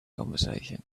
conversation